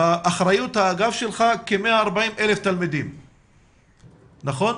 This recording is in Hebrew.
שבאחריות האגף שלך כ-140,000 תלמידים, נכון?